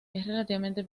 relativamente